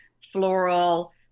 floral